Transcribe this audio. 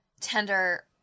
Tender